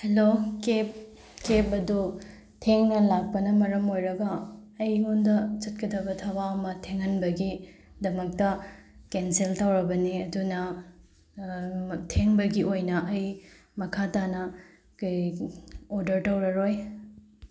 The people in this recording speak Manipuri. ꯍꯦꯂꯣ ꯀꯦꯕ ꯀꯦꯕ ꯑꯗꯣ ꯊꯦꯡꯅ ꯂꯥꯛꯄꯅ ꯃꯔꯝ ꯑꯣꯏꯔꯒ ꯑꯩꯉꯣꯟꯗ ꯆꯠꯀꯗꯕ ꯊꯕꯛ ꯑꯃ ꯊꯦꯡꯍꯟꯕꯒꯤꯗꯃꯛꯇ ꯀꯦꯟꯁꯦꯜ ꯇꯧꯔꯕꯅꯤ ꯑꯗꯨꯅ ꯊꯦꯡꯕꯒꯤ ꯑꯣꯏꯅ ꯑꯩ ꯃꯈꯥ ꯇꯥꯅ ꯀꯩ ꯑꯣꯗꯔ ꯇꯧꯔꯔꯣꯏ